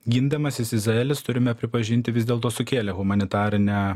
gindamasis izraelis turime pripažinti vis dėlto sukėlė humanitarinę